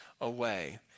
away